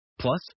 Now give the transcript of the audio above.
Plus